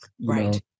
Right